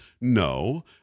No